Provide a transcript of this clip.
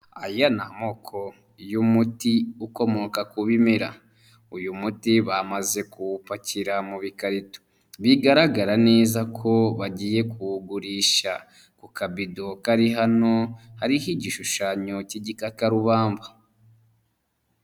Aya ni amoko y'umuti ukomoka ku bimerara uyu muti bamaze kuwupakira mu bikarito bigaragara neza ko bagiye kuwugurisha ku kabido kari hano hariho igishushanyo cy'igikakarubamba.